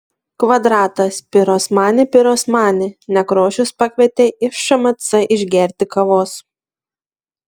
kvadratas pirosmani pirosmani nekrošius pakvietė į šmc išgerti kavos